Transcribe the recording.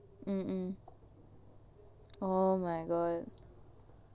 mm mm oh my god